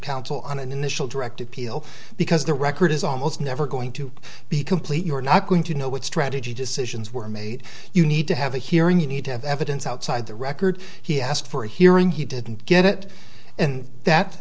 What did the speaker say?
counsel on an initial direct appeal because the record is almost never going to be complete you are not going to know what strategy decisions were made you need to have a hearing you need to have evidence outside the record he asked for a hearing he didn't get it and that